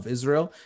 Israel